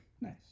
Nice